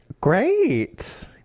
Great